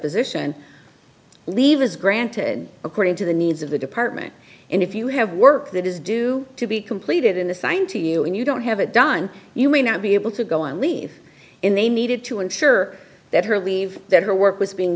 deposition leave is granted according to the needs of the department and if you have work that is due to be completed in the sign to you and you don't have it done you may not be able to go on leave in they needed to ensure that her leave that her work was being